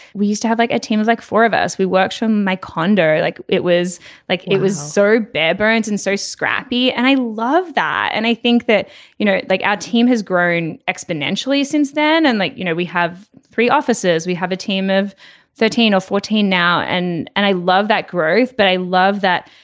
we used to have like a team of like four of us. we worked from my condo. it was like it was so bad burns and so scrappy and i love that. and i think that you know like our ah team has grown exponentially since then and like you know we have three offices we have a team of thirteen or fourteen now and and i love that growth but i love that.